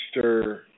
Mr